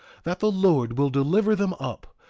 that the lord will deliver them up,